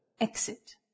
Exit